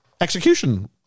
execution